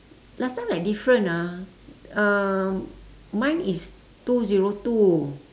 last time like different ah uh mine is two zero two